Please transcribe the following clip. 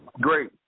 great